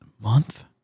month